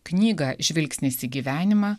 knygą žvilgsnis į gyvenimą